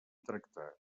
tractar